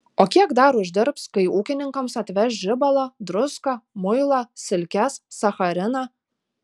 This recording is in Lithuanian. o kiek dar uždirbs kai ūkininkams atveš žibalą druską muilą silkes sachariną